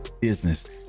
business